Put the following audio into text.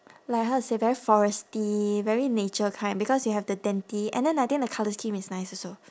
like how to say very foresty very nature kind because you have the twenty and then I think the colour scheme is nice also